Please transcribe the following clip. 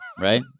right